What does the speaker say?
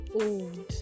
old